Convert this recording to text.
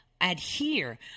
adhere